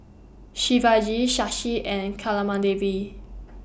Shivaji Shashi and